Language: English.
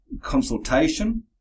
consultation